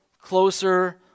closer